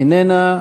איננה.